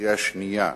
לקריאה שנייה,